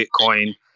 Bitcoin